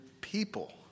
people